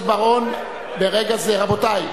רבותי,